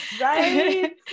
right